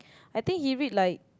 I think he read like